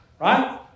Right